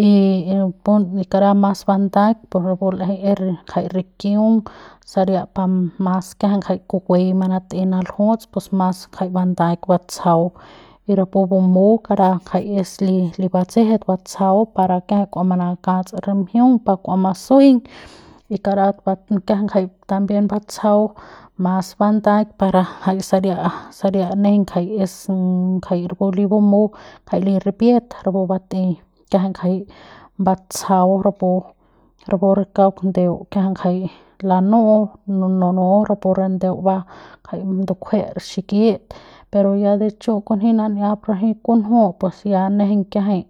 Y pun karama mas bandaik por rapu l'eje es jai rikiung saria pa mas jai rikiung jai kukuei manatei naljuts pus mas jai bandaik batsjau y rapu bamu kara ngjai es li li batsjet batsjau para kiajai kua manakats re mjiung pa kua masuejeiñ y karat ba kiajai ngjai también batsjau mas bandaik para jai saria saria nejeiñ jai es ngjai rapu li bumu jai li ripiet rapu batei kiajai ngjai batsjau rapu rapu re kauk ndeu kiajai ngjai lanu'u nunu rapu re ndeu bas ngjai ndukjue xikit pero ya de chu' kunji nan'ia ranji kunju pues ya nejeiñ kiajai